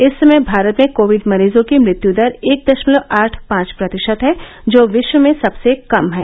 इस समय भारत में कोविड मरीजों की मृत्यु दर एक दशमलव आठ पांच प्रतिशत है जो विश्व में सबसे कम में शामिल है